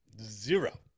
zero